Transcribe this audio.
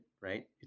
right